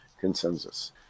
consensus